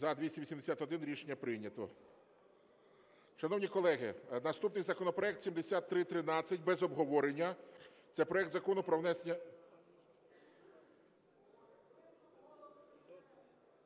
За-281 Рішення прийнято. Шановні колеги, наступний законопроект 7313, без обговорення. Це проект Закону про внесення...